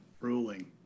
ruling